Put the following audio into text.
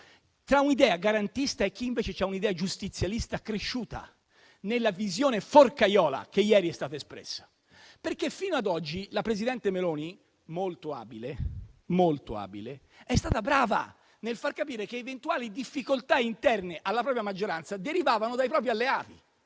abolire il 41-*bis* - e chi invece ha un'idea giustizialista cresciuta nella visione forcaiola che ieri è stata espressa? Fino ad oggi la presidente Meloni, molto abile - lo sottolineo - è stata brava nel far capire che eventuali difficoltà interne alla propria maggioranza derivassero dai propri alleati,